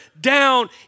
down